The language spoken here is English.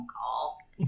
call